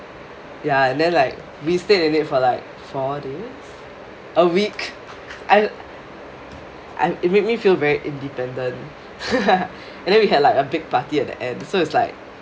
ya and then like we stayed in it for like four days a week I I it made me feel very independent and then we had like a big party at the end so is like